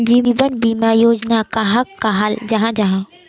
जीवन बीमा योजना कहाक कहाल जाहा जाहा?